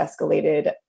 escalated